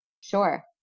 Sure